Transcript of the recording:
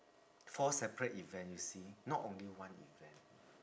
four separate event you see not only one event